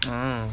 hmm